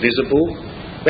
visible